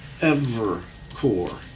Evercore